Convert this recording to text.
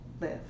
live